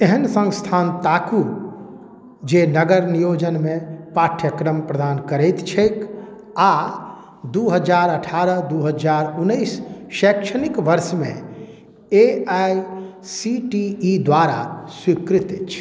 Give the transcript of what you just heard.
एहन सँस्थान ताकू जे नगर नियोजनमे पाठ्यक्रम प्रदान करैत छै आओर दुइ हजार अठारह दुइ हजार उनैस शैक्षणिक वर्षमे A I C T E द्वारा स्वीकृत अछि